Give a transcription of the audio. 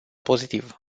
pozitiv